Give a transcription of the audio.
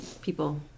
people